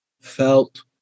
felt